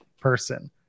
person